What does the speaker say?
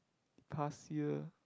past year